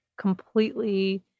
completely